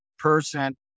person